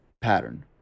pattern